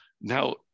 now